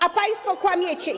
A państwo kłamiecie i.